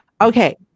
Okay